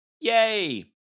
yay